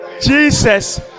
Jesus